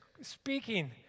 speaking